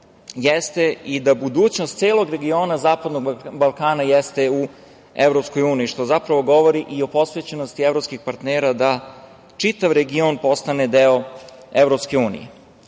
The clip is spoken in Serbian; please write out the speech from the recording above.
i budućnost celog regiona zapadnog Balkana jeste u EU, što zapravo govori i o posvećenosti evropskih partnera da čitav region postane deo EU.Podsetiću